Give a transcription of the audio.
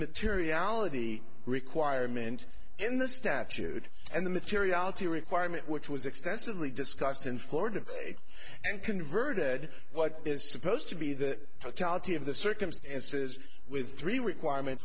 materiality required meant in the statute and the materiality requirement which was extensively discussed in florida and converted what is supposed to be the totality of the circumstances with three requirements